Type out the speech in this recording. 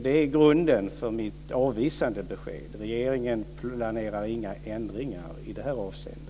Det är grunden för mitt avvisande besked. Regeringen planerar inga ändringar i detta avseende.